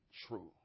true